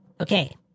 Okay